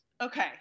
Okay